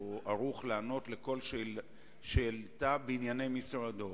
והוא ערוך לענות על כל שאלה בענייני משרדו,